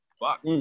Fuck